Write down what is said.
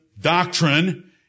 doctrine